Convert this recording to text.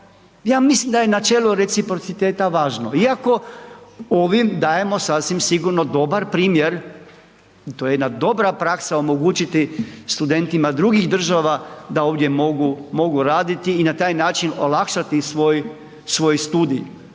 Ja mislim da je načelo reciprociteta važno iako ovim dajemo sasvim sigurno dobar primjer, to je jedna dobra praksa omogućiti studentima drugih država da ovdje mogu, mogu raditi i na taj način olakšati svoj studij.